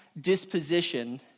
disposition